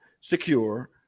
secure